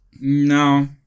No